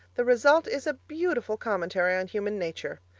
the result is a beautiful commentary on human nature.